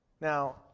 Now